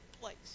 place